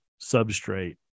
substrate